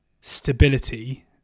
stability